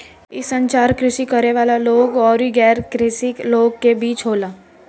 इ संचार कृषि करे वाला लोग अउरी गैर कृषि लोग के बीच होला